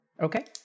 Okay